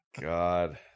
god